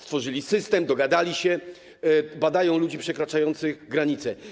Stworzyli system, dogadali się, badają ludzi przekraczających granicę.